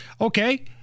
Okay